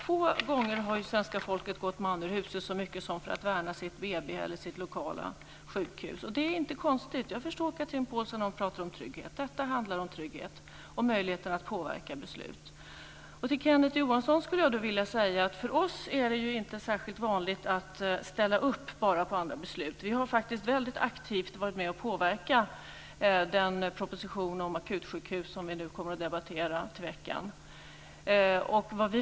Få gånger har ju svenska folket gått man ur huse så mycket som för att värna sitt BB eller sitt lokala sjukhus. Det är inte konstigt. Jag förstår Chatrine Pålsson när hon pratar om trygghet. Detta handlar om trygghet och möjligheten att påverka beslut. Till Kenneth Johansson skulle jag vilja säga att det inte är särskilt vanligt för oss att bara ställa upp på andra beslut. Vi har faktiskt väldigt aktivt varit med och påverkat den proposition om akutsjukhus som vi kommer att debattera i veckan.